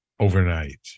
Overnight